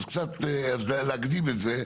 אז קצת להקדים את זה.